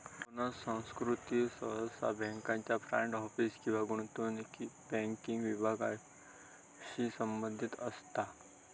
bonus संस्कृती सहसा बँकांच्या फ्रंट ऑफिस किंवा गुंतवणूक बँकिंग विभागांशी संबंधित असता